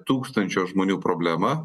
tūkstančio žmonių problemą